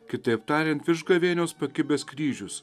kitaip tariant virš gavėnios pakibęs kryžius